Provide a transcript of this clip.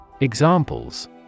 Examples